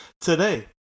Today